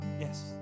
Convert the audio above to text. Yes